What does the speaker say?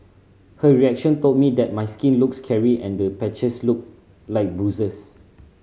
her reaction told me that my skin looked scary and the patches looked like bruises